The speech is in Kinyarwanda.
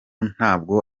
ntabwo